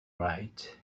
right